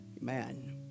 Man